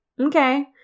okay